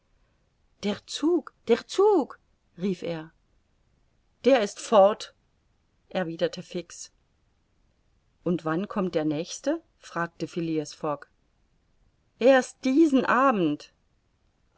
der zug der zug rief er der ist fort erwiderte fix und wann kommt der nächste fragte phileas fogg erst diesen abend